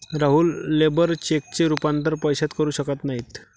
राहुल लेबर चेकचे रूपांतर पैशात करू शकत नाही